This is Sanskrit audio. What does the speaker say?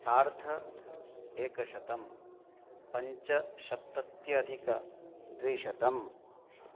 सार्धः एकशतं पञ्चसप्तत्यधिकद्विशतम्